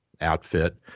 outfit